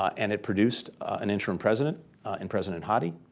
and it produced an interim president in president hadi.